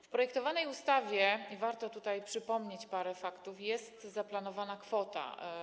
W projektowanej ustawie, i warto tutaj przypomnieć parę faktów, jest zaplanowana kwota.